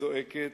זועקת,